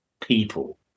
people